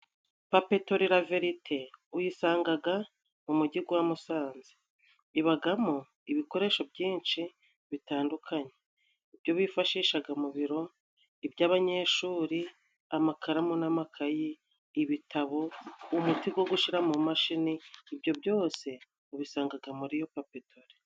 Papetori la verite uyisangaga mu Mujyi gwa Musanze, ibagamo ibikoresho byinshi bitandukanye, ibyo bifashishaga mu biro, iby'abanyeshuri, amakaramu n'amakayi, ibitabo, umuti go gushyira mu mashini, ibyo byose ubisangaga muri iyo papetori.